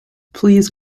please